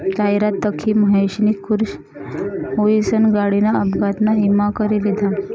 जाहिरात दखी महेशनी खुश हुईसन गाडीना अपघातना ईमा करी लिधा